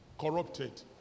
corrupted